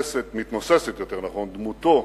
מתנוססת דמותו